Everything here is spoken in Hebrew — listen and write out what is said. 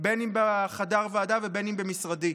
אם בחדר הוועדה ואם במשרדי.